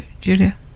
julia